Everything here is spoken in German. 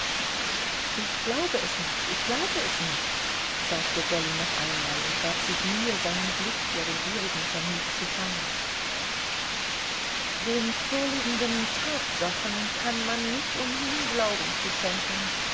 ich glaube es nicht ich glaube es nicht sagte dolly noch einmal und gab sich mühe seinen blick der den ihrigen vermied zu fangen den vorliegenden tatsachen kann man nicht umhin glauben zu schenken